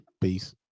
peace